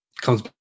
comes